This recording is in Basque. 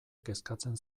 kezkatzen